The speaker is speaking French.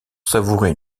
savourer